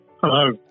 Hello